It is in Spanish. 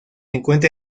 encuentra